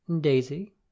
Daisy